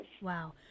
Wow